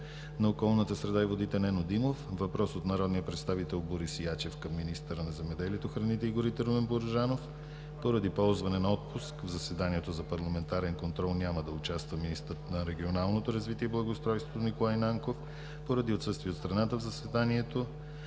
на околната среда и водите Нено Димов; - въпрос от народния представител Борис Ячев към министъра на земеделието, храните и горите Румен Порожанов. Поради ползване на отпуск в заседанието за парламентарен контрол няма да участва министърът на регионалното развитие и благоустройството Николай Нанков. Поради отсъствие от страната в заседанието